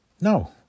No